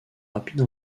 rapide